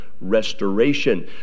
restoration